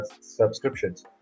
subscriptions